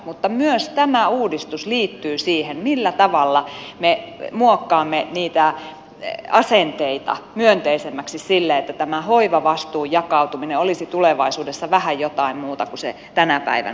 mutta myös tämä uudistus liittyy siihen millä tavalla me muokkaamme niitä asenteita myönteisemmäksi sille että tämä hoivavastuun jakautuminen olisi tulevaisuudessa vähän jotain muuta kuin se tänä päivänä on